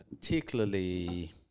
particularly